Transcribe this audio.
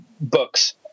books